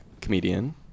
comedian